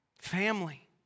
Family